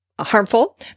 harmful